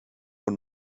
von